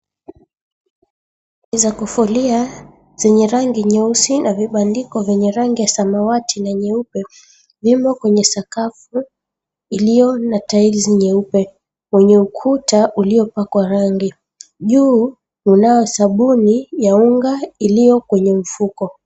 ...Za kufulia zenye rangi nyeusi na vibandiko vyenye rangi ya samawati na nyeupe, vimo kwenye sakafu iliyo na tiles nyeupe, wenye ukuta uliopakwa rangi. Juu mnayo sabuni ya unga iliyo kwenye mfuko.